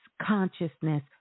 consciousness